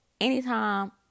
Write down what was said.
anytime